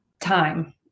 time